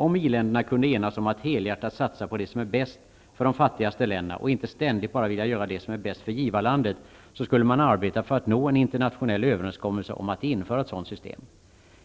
Om i-länderna kunde enas om att helhjärtat satsa på det som är bäst för de fattigste länderna och inte ständigt bara vilja göra det som är bäst för givarlandet, så skulle man arbeta för att nå en internationell överenskommelse om att införa ett sådant system.